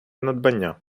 надбання